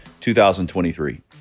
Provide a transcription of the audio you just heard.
2023